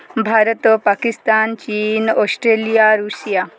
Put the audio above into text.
ଭାରତ ପାକିସ୍ତାନ ଚୀନ୍ Australia Russia